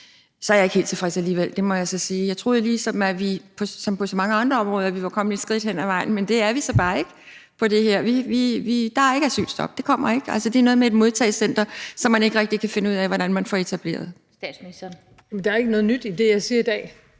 Så er jeg ikke helt tilfreds alligevel, må jeg så sige. Jeg troede, at vi ligesom på så mange andre områder var kommet et stykke hen ad vejen, men det er vi så bare ikke i forhold til det her. Der er ikke asylstop, det kommer ikke. Altså, det er noget med et modtagecenter, som man ikke rigtig kan finde ud af hvordan man får etableret. Kl. 14:13 Den fg. formand (Annette Lind):